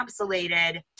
encapsulated